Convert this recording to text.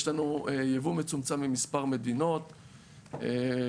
יש לנו יבוא מצומצם ממספר מדינות שאושרו,